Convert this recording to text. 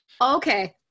Okay